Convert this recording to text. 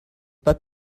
pas